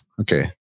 Okay